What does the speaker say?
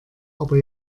aber